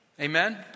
Amen